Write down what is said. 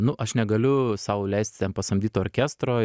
nu aš negaliu sau leisti ten pasamdyt orkestro